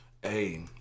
Hey